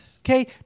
Okay